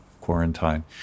quarantine